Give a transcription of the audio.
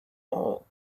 all